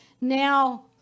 now